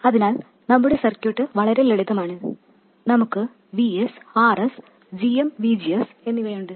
അതിനാൽ നമ്മുടെ സർക്യൂട്ട് വളരെ ലളിതമാണ് നമുക്ക് Vs Rs gm VGS എന്നിവയുണ്ട്